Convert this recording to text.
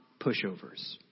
pushovers